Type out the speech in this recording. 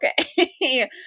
okay